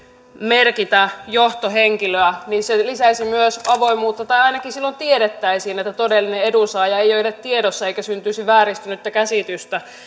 merkitä johtohenkilöä se lisäisi myös avoimuutta tai ainakin silloin tiedettäisiin että todellinen edunsaaja ei ole tiedossa eikä syntyisi vääristynyttä käsitystä